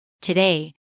Today